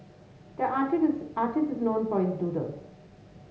the artist artist is known for his doodles